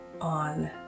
on